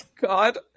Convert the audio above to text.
god